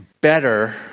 better